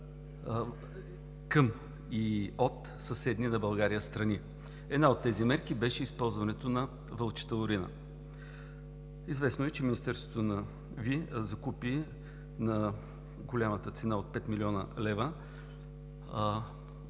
към, и от съседни страни на България. Една от тези мерки беше използването на вълчата урина. Известно е, че Министерството Ви закупи на голямата цена от 5 млн. лв.